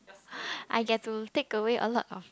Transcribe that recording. I get to take away a lot of